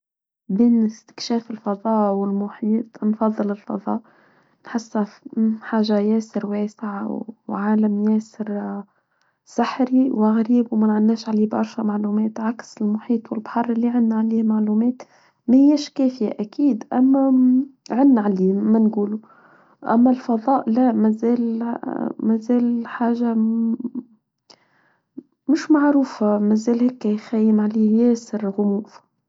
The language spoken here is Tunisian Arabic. بين إستكشاف الفضاء والمحيط نفضل الفضاء نحس حاجة ياسر واسعة وعالم ياسر سحري وغريب وما نعناش عليه برشا معلومات عكس المحيط والبحر اللي عنا عليه معلومات ما هيش كافية أكيد أما عنا عليه ما نقوله أما الفضاء لا ما زال حاجة مش معروفة ما زال هيك يخيم عليه ياسرغموظ.